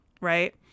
right